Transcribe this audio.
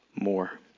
more